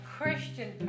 Christian